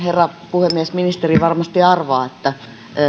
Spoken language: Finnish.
puhemies ministeri varmasti arvaa että